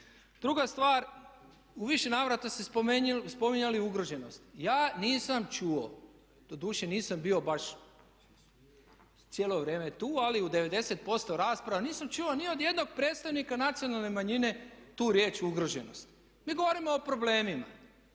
Druga stvar, u više navrata ste spominjali ugroženost. Ja nisam čuo, doduše nisam bio baš cijelo vrijeme tu, ali u 90% rasprava nisam čuo ni od jednog predstavnika nacionalne manjine tu riječ ugroženost. Mi govorimo o problemima,